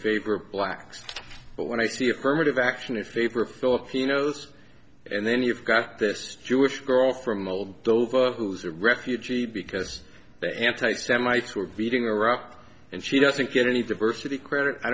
favor of blacks but when i see affirmative action in favor of filipinos and then you've got this jewish girl from all those who's a refugee because the anti semites were beating iraq and she doesn't get any diversity